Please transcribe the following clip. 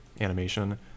animation